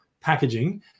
packaging